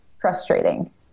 frustrating